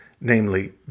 namely